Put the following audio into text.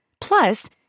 Plus